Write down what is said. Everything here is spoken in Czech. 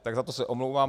Tak za to se omlouvám.